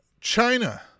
China